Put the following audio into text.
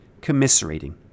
commiserating